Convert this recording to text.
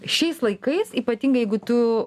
šiais laikais ypatingai jeigu tu